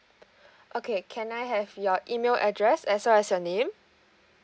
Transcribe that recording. okay can I have your email address as well as your name